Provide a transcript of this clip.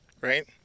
right